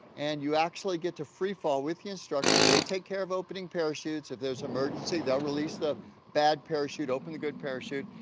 and you actually get to free fall with the instructor. they take care of opening parachutes. if there's an emergency, they'll release the bad parachute, open the good parachute,